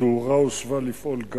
התאורה גם הוסבה לפעול,